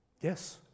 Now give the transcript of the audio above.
Yes